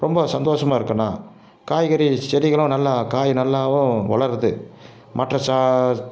ரொம்ப சந்தோசமாக இருக்கேன் நான் காய்கறி செடிகளும் நல்லா காய் நல்லாவும் வளருது மற்ற சா